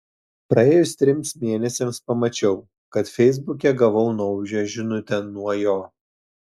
praėjus trims mėnesiams pamačiau kad feisbuke gavau naują žinutę nuo jo